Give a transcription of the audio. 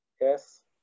Yes